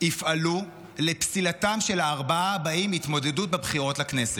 יפעלו לפסילתם של הארבעה הבאים מהתמודדות לבחירות לכנסת: